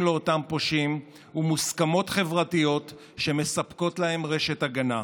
לו אותם פושעים ומוסכמות חברתיות שמספקות להם רשת הגנה.